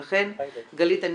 גלית,